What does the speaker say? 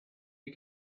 you